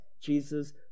Jesus